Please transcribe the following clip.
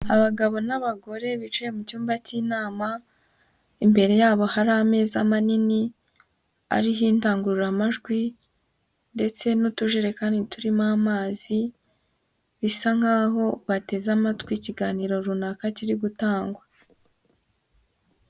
Abagabo n'abagore bicaye mu cyumba cy'inama. Imbere yabo hari ameza manini ariho indangururamajwi ndetse n'utujerekani turimo amazi, bisa nkaho bateze amatwi ikiganiro runaka kiri gutangwa.